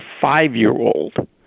five-year-old